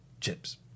chips